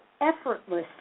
effortlessly